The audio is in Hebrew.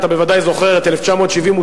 אתה ודאי זוכר את 1978,